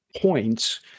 points